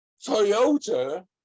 toyota